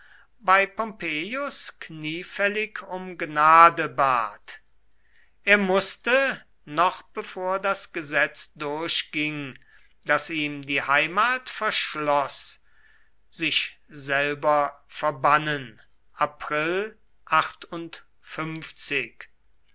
bei pompeius kniefällig um gnade bat er mußte noch bevor das gesetz durchging das ihm die heimat verschloß sich selber verbannen